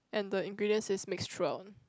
and the ingredients is mixture